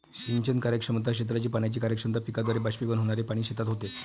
सिंचन कार्यक्षमता, क्षेत्राची पाण्याची कार्यक्षमता, पिकाद्वारे बाष्पीभवन होणारे पाणी शेतात होते